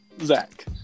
Zach